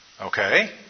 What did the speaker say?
Okay